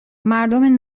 مردم